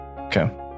Okay